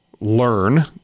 learn